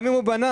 גם אם הוא בנה.